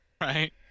Right